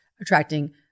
attracting